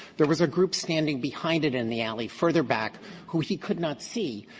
there was a group standing behind it in the alley further back who he could not see,